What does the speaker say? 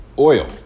Oil